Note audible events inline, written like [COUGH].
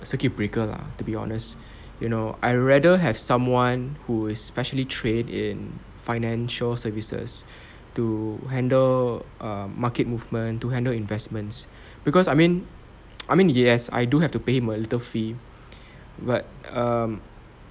the circuit breaker lah to be honest you know I rather have someone who is specially trained in financial services to handle err market movement to handle investments because I mean [NOISE] I mean yes I do have to pay him a little fee but um